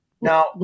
Now